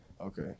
Okay